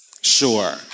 sure